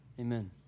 amen